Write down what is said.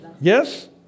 Yes